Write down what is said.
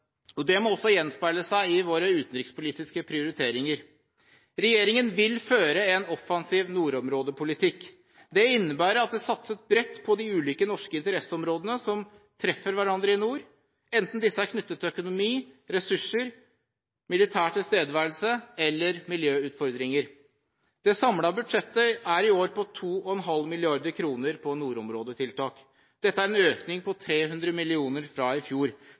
og det må også gjenspeile seg i våre utenrikspolitiske prioriteringer. Regjeringen vil føre en offensiv nordområdepolitikk. Det innebærer at det satses bredt på de ulike norske interesseområdene som treffer hverandre i nord, enten disse er knyttet til økonomi, ressurser, militær tilstedeværelse eller miljøutfordringer. Det samlede budsjettet på nordområdetiltak er i år på 2,5 mrd. kr. Dette er en økning på 300 mill. kr fra i fjor.